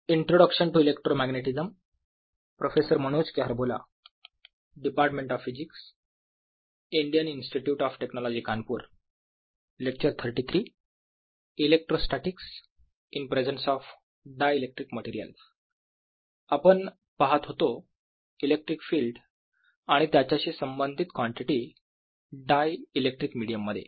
electrostatic in presence of dielectric materials II आपण पाहत होतो इलेक्ट्रिक फील्ड आणि त्याच्याशी संबंधित कॉन्टिटी डायइलेक्ट्रिक मिडीयम मध्ये